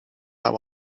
that